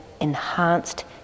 enhanced